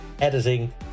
editing